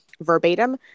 Verbatim